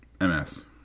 M-S